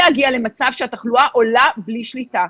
הגיע למצב שבו התחלואה עולה בלי שליטה.